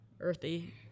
earthy